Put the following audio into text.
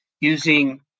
using